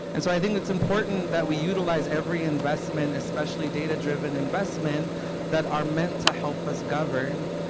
and so i think it's important that we utilize every investment, especially data-driven investment that are meant to help us govern.